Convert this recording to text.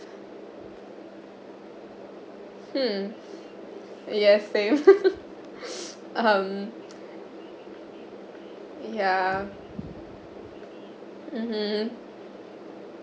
hmm yes same um yeah mmhmm